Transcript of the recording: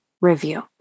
review